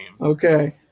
Okay